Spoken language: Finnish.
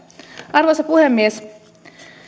arvoisa puhemies